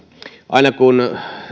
aina kun